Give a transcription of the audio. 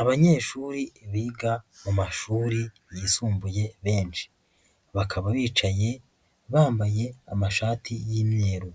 Abanyeshuri biga mu mashuri yisumbuye benshi. Bakaba bicanyi bambaye amashati y'imyeru.